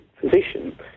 physician